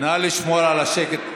נא לשמור על השקט.